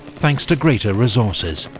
thanks to greater resources.